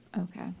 Okay